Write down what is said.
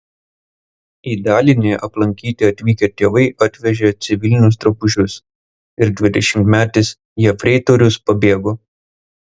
į dalinį aplankyti atvykę tėvai atvežė civilinius drabužius ir dvidešimtmetis jefreitorius pabėgo